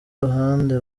uruhande